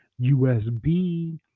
usb